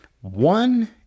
One